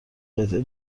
قطعه